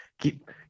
keep